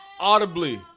audibly